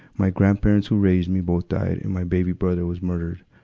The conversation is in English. my grandparents who raised me both died. and my baby brother was murdered.